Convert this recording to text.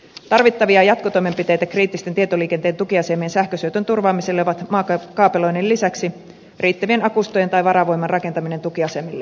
tarvittavia jatkotoimenpiteitä kriittisten tietoliikenteen tukiasemien sähkönsyötön turvaamiselle ovat maakaapeloinnin lisäksi riittävien akustojen tai varavoiman rakentaminen tukiasemille